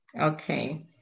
Okay